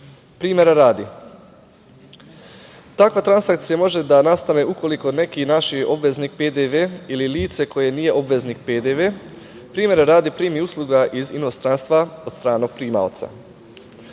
Primera radi, takva transakcija može da nastane ukoliko neki naši obaveznik PDV ili lice koje nije obveznik PDV, primera radi primi uslugu iz inostranstva od stranog primaoca.